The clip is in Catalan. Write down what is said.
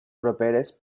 properes